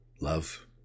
love